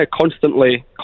constantly